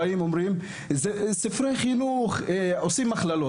הם באים ומדברים על ספרי החינוך ועושים הכללות,